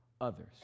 others